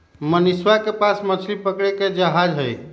मनीषवा के पास मछली पकड़े के जहाज हई